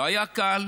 לא היה קל.